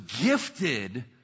gifted